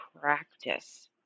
practice